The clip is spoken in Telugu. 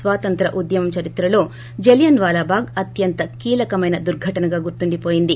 స్వాతంత్ర ఉద్యమం చరిత్రలో జలియన్ వాల భాగ్ అత్యంత కీలకమైనది దుర్ఘటనగా గుర్తుండిపోయింది